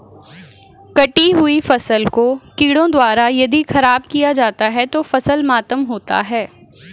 कटी हुयी फसल को कीड़ों द्वारा यदि ख़राब किया जाता है तो फसल मातम होता है